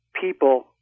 people